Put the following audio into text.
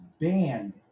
banned